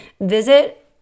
visit